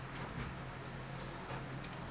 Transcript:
then you park car free ah